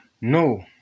no